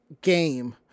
game